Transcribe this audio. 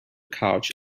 couch